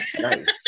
Nice